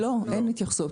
לא, אין התייחסות.